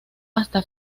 hasta